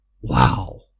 Wow